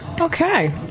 Okay